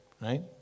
right